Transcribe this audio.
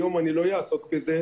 היום אני לא אעסוק בזה,